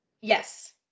Yes